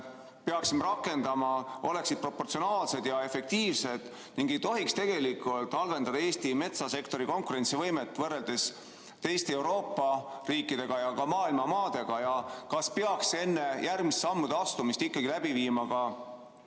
peaksime rakendama, oleksid proportsionaalsed ja efektiivsed ning ei tohiks halvendada Eesti metsasektori konkurentsivõimet võrreldes teiste Euroopa riikidega ja ka maailma maadega? Kas peaks enne järgmiste sammude astumist tegema ikkagi